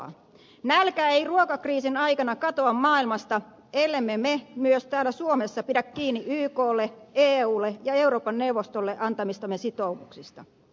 nälkä ei ruoka kriisin aikana katoa maailmasta ellemme me myös täällä suomessa pidä kiinni yklle eulle ja euroopan neuvostolle antamistamme sitoumuksista